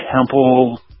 Temple